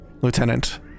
Lieutenant